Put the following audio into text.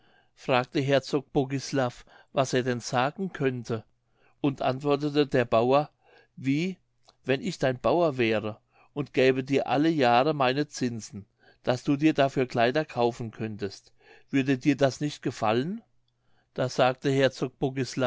fragte herzog bogislav was er denn sagen könnte und antwortete der bauer wie wenn ich dein bauer wäre und gäbe dir alle jahre meine zinsen daß du dir dafür kleider kaufen könntest würde dir das nicht gefallen da sagte herzog